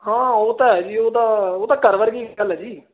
ਹਾਂ ਉਹ ਤਾਂ ਹੈ ਜੀ ਉਹ ਤਾਂ ਉਹ ਤਾਂ ਘਰ ਵਰਗੀ ਗੱਲ ਹੈ ਜੀ